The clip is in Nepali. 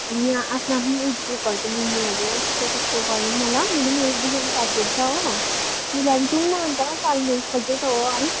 यहाँ आफ्नो आफ्नो एजग्रुपहरूको मिल्नेहरू चाहिँ त्यस्तो गरौँ न ल मेरो पनि एकदुईजना साथीहरू छ हो मिलाएर जाउँ न अन्त सालमा एकपल्ट त हो है